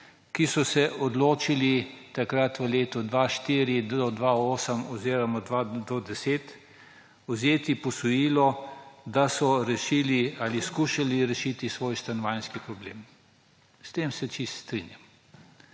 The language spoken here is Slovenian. ki so se odločili takrat v letih 2004 do 2008 oziroma do 2010 vzeti posojilo, da so rešili ali skušali rešiti svoj stanovanjski problem. S tem se čisto strinjam.